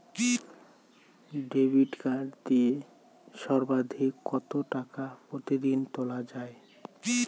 Debit card দিয়ে সর্বাধিক কত টাকা প্রতিদিন তোলা য়ায়?